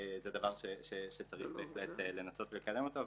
זה דבר שצריך בהחלט לנסות לקדם אותו.